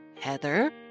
Heather